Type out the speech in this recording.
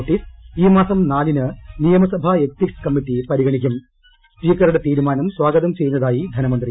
notice ഈ മാസം നാലിന് നിയമസഭ എത്തിക്സ് കമ്മിറ്റി പരിഗണിക്കും സ്പീക്കറുടെ തീരുമാനം സ്വാഗതം ചെയ്യുന്നതായി ധനമന്ത്രി